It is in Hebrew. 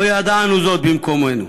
לא ידענו זאת במקומנו.